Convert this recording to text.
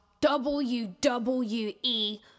WWE